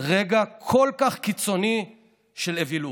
רגע כל כך קיצוני של אווילות.